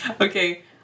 Okay